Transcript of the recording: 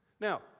Now